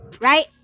Right